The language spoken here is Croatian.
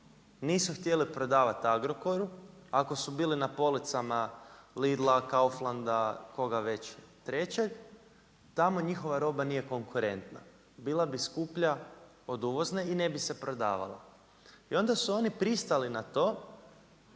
nisu htjeli prodavati Agrokoru, ako su bili na policama Lidla, Kauflanda, koga već trećeg, tamo njihova roba nije konkurentna. Bila bi skuplja od uvozne i ne bi se prodavala. I onda su oni pristali na to